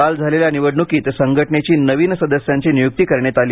काल झालेल्या निवडण्कीत संघटनेची नवीन सदस्यांची निय्क्ती करण्यात आली